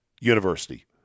University